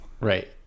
right